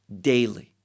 daily